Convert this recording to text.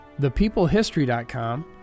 ThepeopleHistory.com